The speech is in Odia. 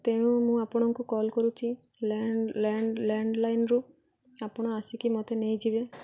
ତେଣୁ ମୁଁ ଆପଣଙ୍କୁ କଲ୍ କରୁଛି ଲ୍ୟାଣ୍ଡଲାଇନ୍ରୁ ଆପଣ ଆସିକି ମୋତେ ନେଇଯିବେ